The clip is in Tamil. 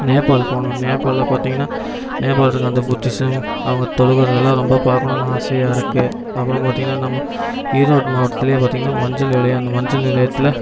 நேபால் போகணும் நேபாலில் பார்த்தீங்கன்னா நேபாலில் இருக்க அந்த புத்திசம் அவங்க தொழுவுறதெல்லாம் ரொம்ப பார்க்கணுன்னு ஆசையாக இருக்கு அப்புறம் பார்த்தீங்கன்னா நம்ம ஈரோடு மாவட்டத்துலையே பார்த்தீங்கன்னா மஞ்சள் நிலையம் அந்த மஞ்சள் நிலையத்தில்